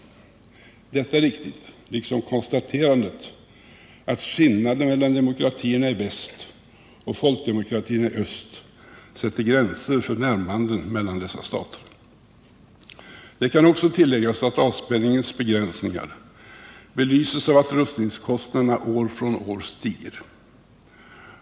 Det är riktigt, liksom konstaterandet att skillnaden mellan demokratierna i väst och folkdemokratierna i öst sätter gränser för närmanden mellan dessa stater. Det kan också tilläggas att avspänningens begränsningar belyses av att rustningskostnaderna år från år stiger.